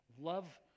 love